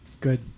Good